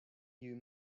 you